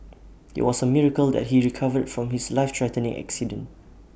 IT was A miracle that he recovered from his life threatening accident